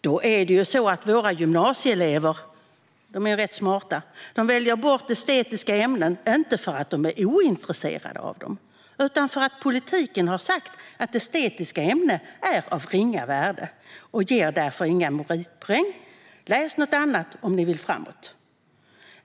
Då är våra gymnasieelever rätt smarta och väljer bort estetiska ämnen, inte för att de är ointresserade av dem utan för att politiken har sagt att estetiska ämnen är av ringa värde och därför inte ger några meritpoäng - läs något annat om ni vill framåt!